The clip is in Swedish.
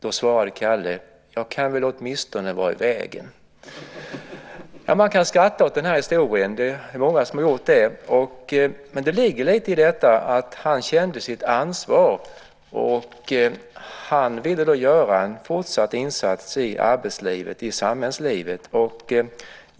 Då svarade Kalle: Jag kan väl åtminstone vara i vägen. Man kan skratta åt den här historien, och det är många som har gjort det. Men det ligger lite i detta att han kände sitt ansvar och ville då göra en fortsatt insats i arbetslivet, i samhällslivet.